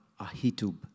Ahitub